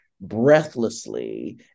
breathlessly